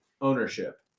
ownership